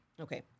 Okay